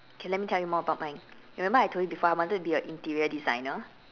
okay let me tell you more about mine remember I told you before I wanted to be a interior designer